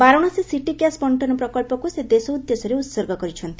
Varanasi city gas ବଙ୍କନ ପ୍ରକଳ୍ପକୁ ସେ ଦେଶ ଉଦ୍ଦେଶ୍ୟରେ ଉତ୍ସର୍ଗ କରିଛନ୍ତି